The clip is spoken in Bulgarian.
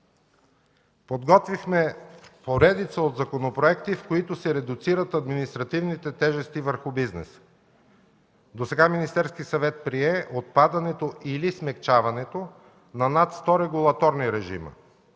Подготвихме поредица законопроекти, в които се редуцират административните тежести върху бизнеса. Досега Министерският съвет прие отпадането или смекчаването на над 100 регулаторни режима,